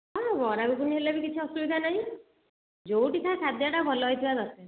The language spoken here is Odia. ହଁ ବରା ଘୁଗୁନି ହେଲେ ବି କିଛି ଅସୁବିଧା ନାହିଁ ଯେଉଁଠି ଖାଆ ଖାଦ୍ୟଟା ଭଲ ହେଇଥିବା ଦରକାର